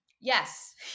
Yes